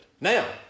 Now